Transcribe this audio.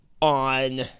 on